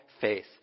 faith